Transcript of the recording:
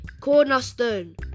cornerstone